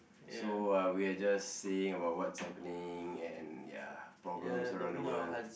so uh we are just saying about what's happening and ya problems around the world